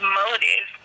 motive